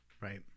Right